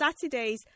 Saturdays